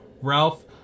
Ralph